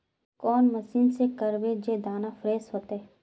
कौन मशीन से करबे जे दाना फ्रेस होते?